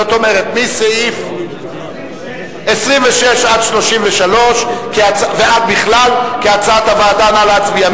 זאת אומרת, מסעיף 26 עד 33 ועד בכלל, נא להצביע.